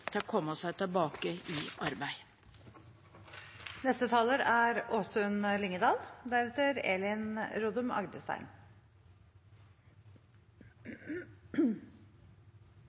til å komme seg tilbake i arbeid. Vi er